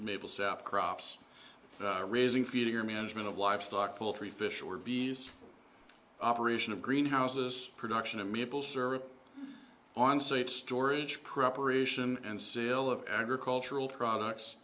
mabel sap crops raising feeding or management of livestock poultry fish or bees operation of greenhouses production of maple syrup on safe storage preparation and sale of agricultural products